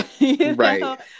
Right